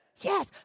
yes